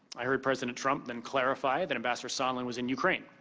i heard president trump then clarify that ambassador sondland was in ukraine.